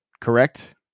correct